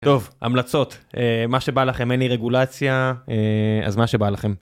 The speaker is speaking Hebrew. טוב, המלצות. מה שבא לכם. אין לי רגולציה, אז מה שבא לכם.